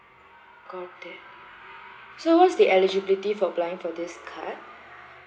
got that so what's the eligibility for applying for this card